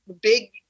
big